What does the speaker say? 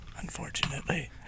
unfortunately